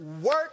work